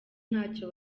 ntacyo